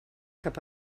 cap